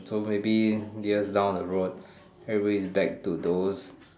so maybe years down the road everybody is back to those